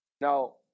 Now